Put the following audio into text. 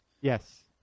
Yes